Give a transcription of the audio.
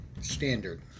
Standard